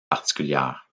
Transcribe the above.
particulière